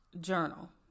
journal